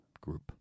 group